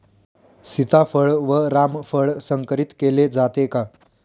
सीताफळ व रामफळ संकरित केले जाते का?